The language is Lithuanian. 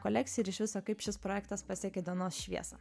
kolekciją ir iš viso kaip šis projektas pasiekė dienos šviesą